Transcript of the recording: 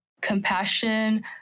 compassion